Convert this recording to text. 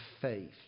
faith